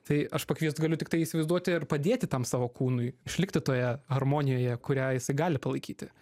tai aš pakviest galiu tik tai įsivaizduoti ir padėti tam savo kūnui išlikti toje harmonijoje kurią jisai gali palaikyti